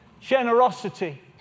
generosity